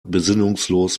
besinnungslos